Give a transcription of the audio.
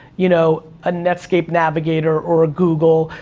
you know, a netscape navigator, or a google,